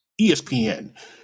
ESPN